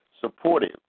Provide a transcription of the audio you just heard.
supportive